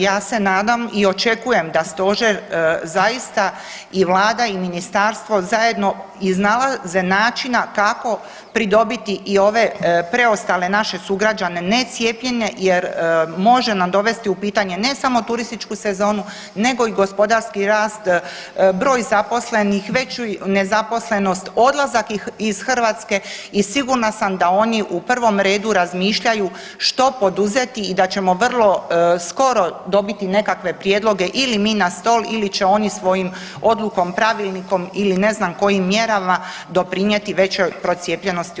Ja se nadam i očekujem da Stožer zaista i Vlada i Ministarstvo zajedno iznalaze načina kako pridobiti i ove preostale naše sugrađane necijepljene jer može nam dovesti u pitanje, ne samo turističku sezonu nego i gospodarski rast, broj zaposlenih, veću nezaposlenost, odlazak iz Hrvatske i sigurna sam da oni u prvom redu razmišljaju što poduzeti i da ćemo vrlo skoro dobiti nekakve prijedloge ili mi na stol ili će oni svojim odlukom, pravilnikom ili ne znam kojim mjerama doprinijeti većoj procijepljenosti u